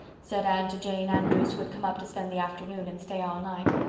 said anne to jane andrews, who had come up to spend the afternoon and stay all night.